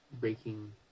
breaking